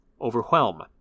overwhelm